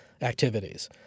activities